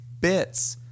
bits